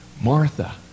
Martha